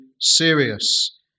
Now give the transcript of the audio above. serious